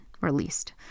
released